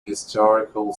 historical